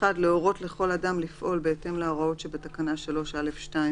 (1)להורות לכל אדם לפעול בהתאם להוראות שבתקנה 3א(2)(ב),